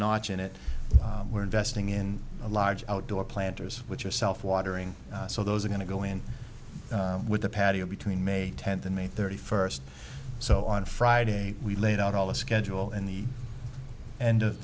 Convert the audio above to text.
notch in it we're investing in a large outdoor planters with yourself watering so those are going to go in with a patio between may tenth and may thirty first so on friday we laid out all the schedule in the end of